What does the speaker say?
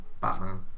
Batman